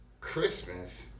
Christmas